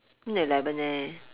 eleven eh